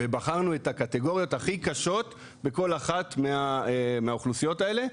ובחרנו את הקטגוריות הכי קשות בכל אחת מהאוכלוסיות האלה,